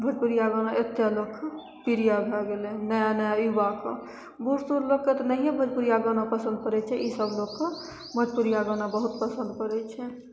भोजपुरिया गाना एते लोकके प्रिये भए गेलै हँ नया नया युवाके बूढ़ सूढ़ लोकके तऽ नहिये भोजपुरिया गाना पसन्द पड़ै छै ई सभ लोकके भोजपुरिया गाना बहुत पसन्द पड़ै छै